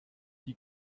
die